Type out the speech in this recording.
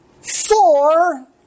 four